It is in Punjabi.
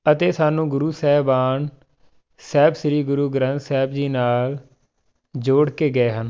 ਅਤੇ ਸਾਨੂੰ ਗੁਰੂ ਸਾਹਿਬਾਨ ਸਾਹਿਬ ਸ਼੍ਰੀ ਗੁਰੂ ਗ੍ਰੰਥ ਸਾਹਿਬ ਜੀ ਨਾਲ ਜੋੜ ਕੇ ਗਏ ਹਨ